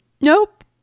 Nope